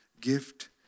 gift